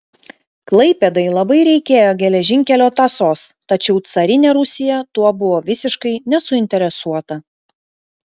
klaipėdai labai reikėjo geležinkelio tąsos tačiau carinė rusija tuo buvo visiškai nesuinteresuota